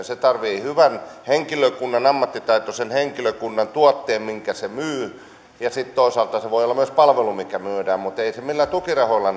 se tarvitsee hyvän ammattitaitoisen henkilökunnan ja tuotteen minkä se myy ja sitten toisaalta se voi olla myös palvelu mikä myydään mutta eivät nämä firmat millään tukirahoilla